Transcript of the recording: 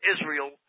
Israel